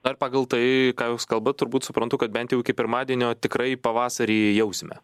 ar pagal tai ką jūs kalbat turbūt suprantu kad bent jau iki pirmadienio tikrai pavasarį jausime